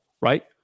right